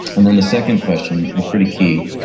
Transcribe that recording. and then the second question is pretty key,